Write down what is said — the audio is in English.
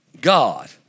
God